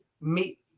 meet